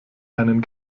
einen